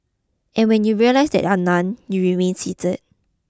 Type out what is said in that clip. and when you realise that there are none you remain seated